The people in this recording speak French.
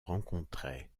rencontrait